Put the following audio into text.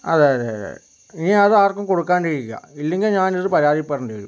അതെ അതെ അതെ ഇനി അത് ആർക്കും കൊടുക്കാണ്ടിരിക്കുക ഇല്ലങ്കിൽ ഞാനത് പരാതിപ്പെടണ്ടി വരും